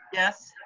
yes.